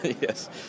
Yes